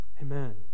Amen